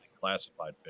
classified